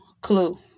clue